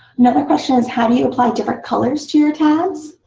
another question is, how do you apply different colors to your tabs?